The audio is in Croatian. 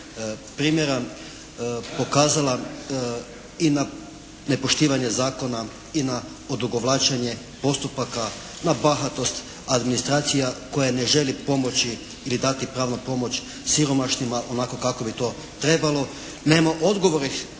primjera pokazala i na nepoštivanje zakona i na odugovlačenje postupaka, na bahatost administracija koja ne želi pomoći ili dati pravnu pomoć siromašnima onako kako bi to trebalo. Nema odgovora